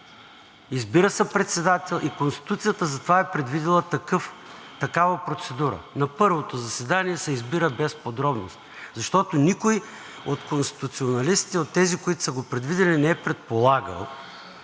Избира се председател и Конституцията затова е предвидила такава процедура – на първото заседание се избира без подробности, защото никой от конституционалистите, от тези, които са го предвидили, не е предполагал,